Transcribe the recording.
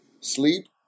sleep